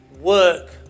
work